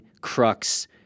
crux